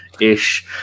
ish